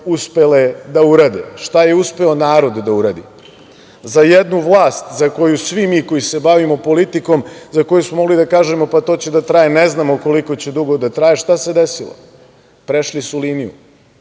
uspele da urade, šta je uspeo narod da uradi. Za jednu vlast, za koju svi mi koji se bavimo politikom, za koju smo mogli da kažemo, pa to će da traje, ne znamo koliko će dugo da traje – šta se desilo? Prešli su liniju.